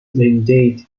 mandate